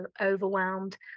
overwhelmed